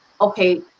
okay